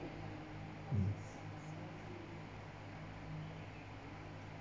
mm